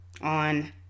on